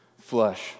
flesh